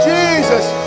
Jesus